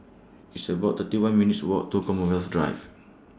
It's about thirty one minutes' Walk to Commonwealth Drive